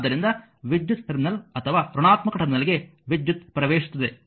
ಆದ್ದರಿಂದ ಧನಾತ್ಮಕ ಟರ್ಮಿನಲ್ ಅಥವಾ ಋಣಾತ್ಮಕ ಟರ್ಮಿನಲ್ಗೆ ವಿದ್ಯುತ್ ಪ್ರವೇಶಿಸುತ್ತದೆ